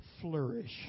flourish